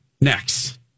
next